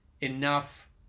enough